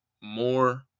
more